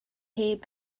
heb